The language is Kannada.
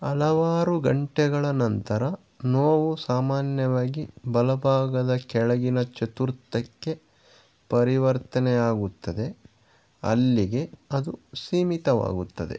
ಹಲವಾರು ಗಂಟೆಗಳ ನಂತರ ನೋವು ಸಾಮಾನ್ಯವಾಗಿ ಬಲಭಾಗದ ಕೆಳಗಿನ ಚತುರ್ಥಕ್ಕೆ ಪರಿವರ್ತನೆಯಾಗುತ್ತದೆ ಅಲ್ಲಿಗೆ ಅದು ಸೀಮಿತವಾಗುತ್ತದೆ